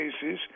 cases